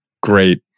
great